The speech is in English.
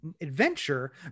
adventure